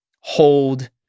hold